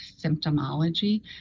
symptomology